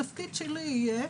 התפקיד שלי יהיה,